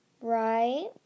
right